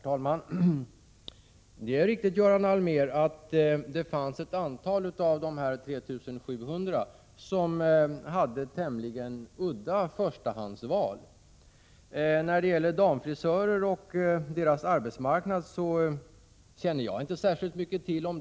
Herr talman! Det är riktigt, Göran Allmér, att ett antal av de 3 700 hade tämligen udda förstahandsval. Damfrisörernas arbetsmarknad känner jag inte till särskilt mycket om.